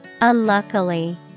unluckily